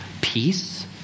peace